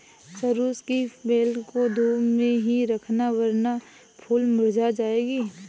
सरू की बेल को धूप में ही रखना वरना फूल मुरझा जाएगी